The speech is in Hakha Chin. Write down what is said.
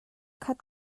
khat